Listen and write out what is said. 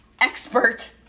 expert